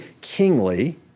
kingly